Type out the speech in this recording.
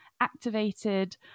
activated